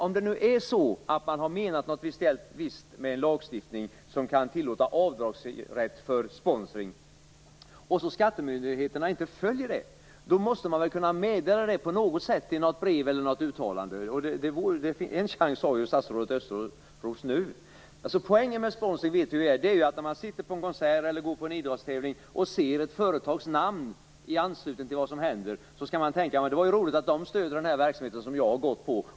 Om man har menat något visst med en lagstiftning som medger avdragsrätt för sponsring och om skattemyndigheterna inte följer det, måste det väl gå att meddela det på något sätt, i ett brev eller genom ett uttalande. En chans har ju statsrådet Östros nu. Poängen med sponsring är som vi vet att när man sitter på konsert eller går på en idrottstävling och ser ett företagsnamn i anslutning till vad som händer skall man tänka: Det var roligt att de stöder den verksamhet som jag har gått på.